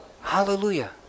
Hallelujah